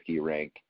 rank